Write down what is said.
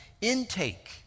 intake